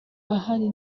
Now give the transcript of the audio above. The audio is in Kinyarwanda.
ahari